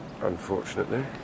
Unfortunately